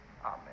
Amen